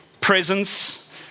presence